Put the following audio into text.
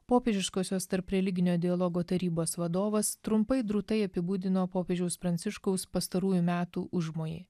popiežiškosios tarpreliginio dialogo tarybos vadovas trumpai drūtai apibūdino popiežiaus pranciškaus pastarųjų metų užmojį